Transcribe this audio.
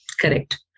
correct